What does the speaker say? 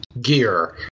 gear